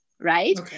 right